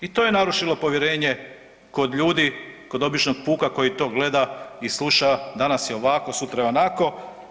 I to je narušilo povjerenje kod ljudi kod običnog puka koji to gleda i sluša danas je ovako, sutra je onako.